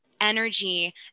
energy